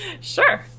Sure